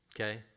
okay